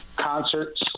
concerts